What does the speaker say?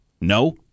No